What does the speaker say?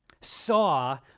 saw